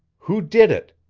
who did it?